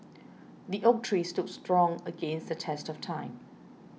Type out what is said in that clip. the oak tree stood strong against the test of time